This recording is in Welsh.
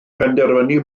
penderfynu